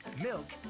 milk